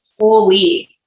holy